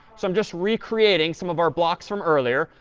so i'm just recreating some of our blocks from earlier.